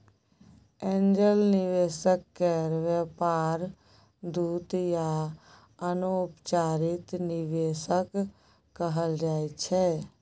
angel निवेशक केर व्यापार दूत या अनौपचारिक निवेशक कहल जाइ छै